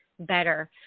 Better